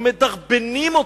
אנחנו מדרבנים אותו.